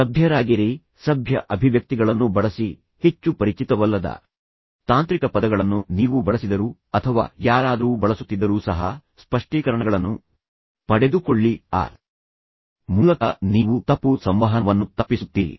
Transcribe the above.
ಸಭ್ಯರಾಗಿರಿ ಸಭ್ಯ ಅಭಿವ್ಯಕ್ತಿಗಳನ್ನು ಬಳಸಿ ಪರಿಭಾಷೆಯನ್ನು ತಪ್ಪಿಸಿ ಹೆಚ್ಚು ಪರಿಚಿತವಲ್ಲದ ತಾಂತ್ರಿಕ ಪದಗಳನ್ನು ನೀವು ಬಳಸಿದರೂ ಅಥವಾ ಯಾರಾದರೂ ಬಳಸುತ್ತಿದ್ದರೂ ಸಹ ಸ್ಪಷ್ಟೀಕರಣಗಳನ್ನು ಪಡೆದುಕೊಳ್ಳಿ ಆ ಮೂಲಕ ನೀವು ತಪ್ಪು ಸಂವಹನವನ್ನು ತಪ್ಪಿಸುತ್ತೀರಿ